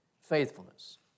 faithfulness